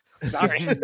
Sorry